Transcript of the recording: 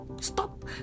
Stop